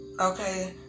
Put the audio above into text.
okay